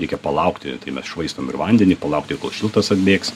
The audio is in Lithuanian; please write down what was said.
reikia palaukti tai mes švaistom ir vandenį palaukti kol šiltas atbėgs